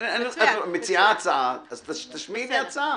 את מציעה הצעה, אז תשמיעי את ההצעה.